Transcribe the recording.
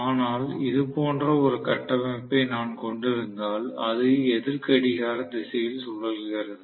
ஆனால் இது போன்ற ஒரு கட்டமைப்பை நான் கொண்டிருந்தால் அது எதிர் கடிகார திசையில் சுழல்கிறது